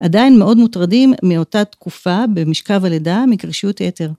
עדיין מאוד מוטרדים מאותה תקופה במשכב הלידה מקרישיות יתר.